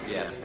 Yes